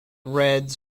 reds